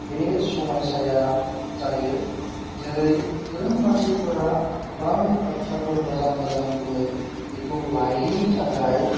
बे समायसाया जायो जेरै गोरों मानसिफोरा गोबां बाथ्राफोर मोजां मोजां बुङो बेखौ लायैनि थाखाय